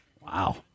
Wow